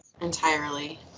entirely